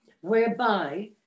whereby